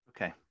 Okay